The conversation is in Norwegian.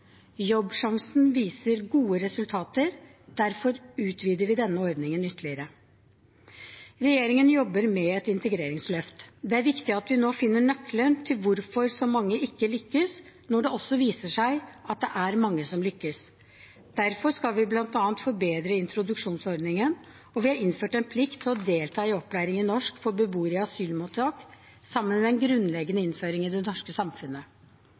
Jobbsjansen viser gode resultater; derfor utvider vi denne ordningen ytterligere. Regjeringen jobber med et integreringsløft. Det er viktig at vi nå finner nøkkelen til hvorfor så mange ikke lykkes, når det også viser seg at det er mange som lykkes. Derfor skal vi bl.a. forbedre introduksjonsordningen, og vi har innført plikt til å delta i opplæring i norsk for beboere i asylmottak sammen med en grunnleggende innføring i det norske samfunnet.